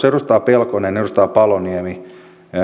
edustaja pelkonen ja edustaja paloniemi